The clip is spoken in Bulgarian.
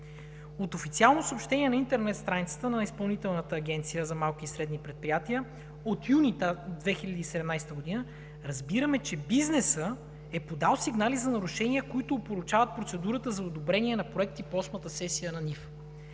От официално съобщение на интернет страницата на Изпълнителната агенция за малки и средни предприятия от юни 2017 г., разбираме, че бизнесът е подал сигнали за нарушения, които опорочават процедурата за одобрение на проекти по Осмата сесия на НИФ.